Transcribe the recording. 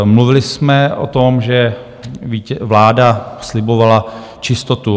Mluvili jsme o tom, že vláda slibovala čistotu.